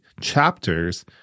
chapters